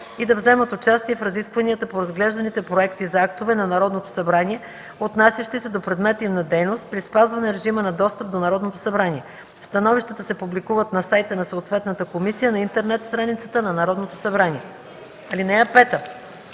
и да вземат участие в разисквания по разглежданите проекти за актове на Народното събрание, отнасящи се до предмета им на дейност, при спазване режима на достъп до Народното събрание. Становищата се публикуват на сайта на съответната комисия на интернет страницата на Народното събрание. (5)